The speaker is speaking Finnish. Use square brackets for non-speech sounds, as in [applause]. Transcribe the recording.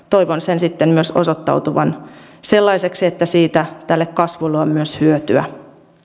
[unintelligible] toivon sen sitten myös osoittautuvan sellaiseksi että siitä tälle kasvulle on myös hyötyä